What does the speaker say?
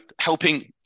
helping